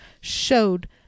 showed